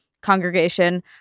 congregation